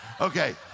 Okay